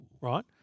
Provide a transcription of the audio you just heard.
right